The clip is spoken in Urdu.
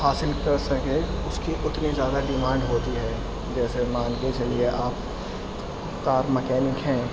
حاصل کر سکے اس کی اتنی زیادہ ڈیمانڈ ہوتی ہے جیسے مان کے چلیے آپ کار مکینک ہیں